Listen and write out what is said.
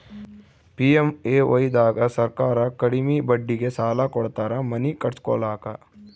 PMAY ದಾಗ ಸರ್ಕಾರ ಕಡಿಮಿ ಬಡ್ಡಿಗೆ ಸಾಲ ಕೊಡ್ತಾರ ಮನಿ ಕಟ್ಸ್ಕೊಲಾಕ